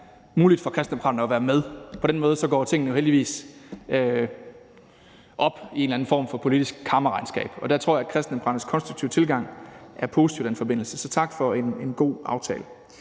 muligt for Kristendemokraterne at være med. På den måde går tingene heldigvis op i en eller anden form for politisk karmaregnskab. Der tror jeg, at Kristendemokraternes konstruktive tilgang er positiv. Så tak for en god aftale.